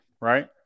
right